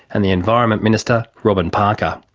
and the environment minister, robyn parker.